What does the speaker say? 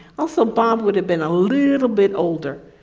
also, bob would have been a little bit older,